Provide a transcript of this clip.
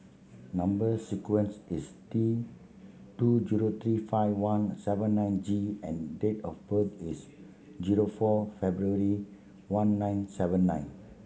number sequence is T two zero three five one seven nine G and date of birth is zero four February one nine seven nine